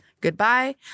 goodbye